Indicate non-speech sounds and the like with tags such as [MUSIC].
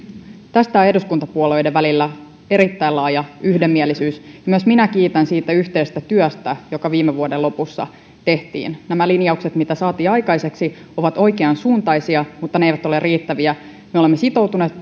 tästä on eduskuntapuolueiden välillä erittäin laaja yhdenmielisyys ja myös minä kiitän siitä yhteisestä työstä joka viime vuoden lopussa tehtiin nämä linjaukset mitä saatiin aikaiseksi ovat oikeansuuntaisia mutta ne eivät ole riittäviä me olemme sitoutuneet [UNINTELLIGIBLE]